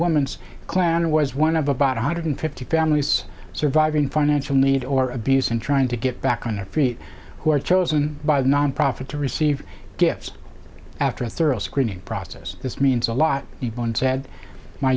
woman's clan was one of about one hundred fifty families surviving financial need or abuse and trying to get back on their feet who are chosen by the nonprofit to receive gifts after a thorough screening process this means a lot of people and said my